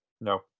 No